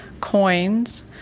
coins